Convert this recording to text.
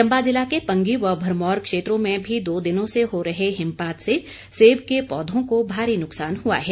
चंबा जिला के पंगी व भरमौर क्षेत्रों में भी दो दिनों से हो रहे हिमपात से सेब के पौधों को भारी नुकसान हुआ है